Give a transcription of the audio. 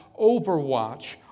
overwatch